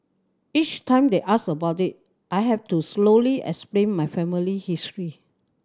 each time they ask about it I have to slowly explain my family history